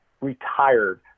retired